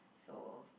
so